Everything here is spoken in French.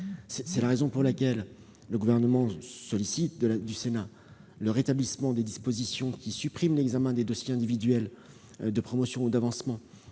C'est la raison pour laquelle le Gouvernement sollicite du Sénat le rétablissement des dispositions supprimant l'examen des dossiers individuels de promotion ou d'avancement